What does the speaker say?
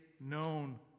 known